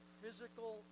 physical